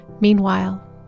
Meanwhile